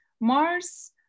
Mars